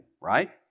right